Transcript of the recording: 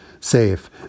safe